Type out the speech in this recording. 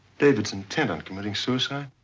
david is intent on committing suicide.